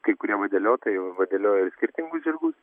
kai kurie vadeliotojai vadelioja skirtingus žirgus